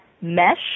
mesh